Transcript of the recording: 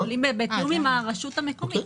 הם פועלים בתיאום עם הרשות המקומית.